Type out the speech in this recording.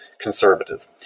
conservative